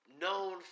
known